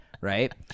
right